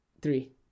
Three